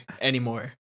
anymore